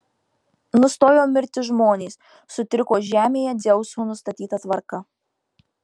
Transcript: nustojo mirti žmonės sutriko žemėje dzeuso nustatyta tvarka